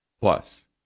Plus